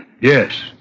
Yes